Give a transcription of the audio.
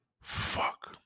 Fuck